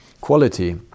quality